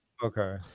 Okay